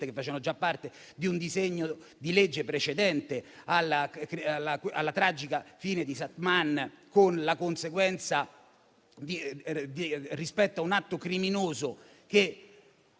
che facevano già parte di un disegno di legge precedente alla tragica fine di Satnam, con la conseguenza rispetto a un atto criminoso.